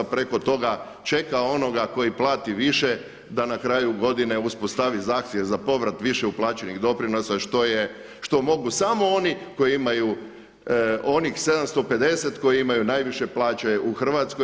Preko toga čeka onoga koji plati više da na kraju godine uspostavi zahtjev za povrat više uplaćenih doprinosa što je, što mogu samo oni koji imaju onih 750 koji imaju najviše plaće u Hrvatskoj.